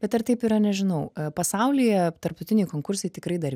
bet ar taip yra nežinau pasaulyje tarptautiniai konkursai tikrai dar